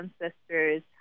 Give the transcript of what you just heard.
ancestors